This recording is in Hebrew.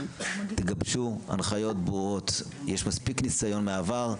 תגבשו הנחיות ברורות, יש מספיק ניסיון מהעבר.